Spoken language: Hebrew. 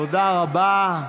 תודה רבה.